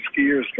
skiers